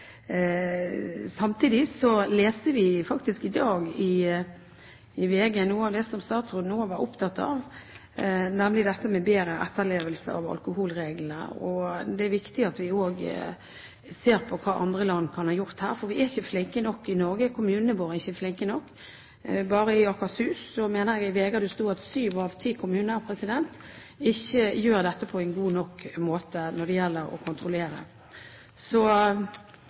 Samtidig leste vi i dag i VG om noe også statsråden var opptatt av, nemlig bedre etterlevelse av alkoholreglene. Det er viktig at vi også ser på hva andre land kan ha gjort her, for vi er ikke flinke nok i Norge. Kommunene våre er ikke flinke nok. Bare i Akershus, mener jeg det sto i VG, er det slik at syv av ti kommuner ikke kontrollerer dette på en god nok måte. Så igjen: Takk til statsråden. Jeg er veldig tilfreds med svaret så